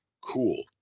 cool